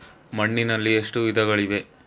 ಮಣ್ಣಿನಲ್ಲಿ ಎಷ್ಟು ವಿಧಗಳಿವೆ?